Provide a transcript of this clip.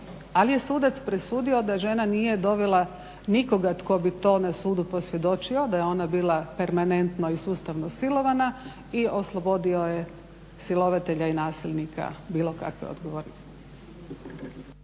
ali je sudac presudio da žena nije dovela nikoga tko bi to na sudu posvjedočio, da je ona bila permanentno i sustavno silovana i oslobodio je silovatelja i nasilnika bilo kakve odgovornosti.